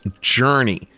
Journey